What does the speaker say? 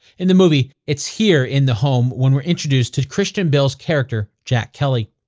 in the movie, it's here in the home when we're introduced to christian bale's character, jack kelly.